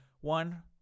One